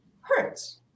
hurts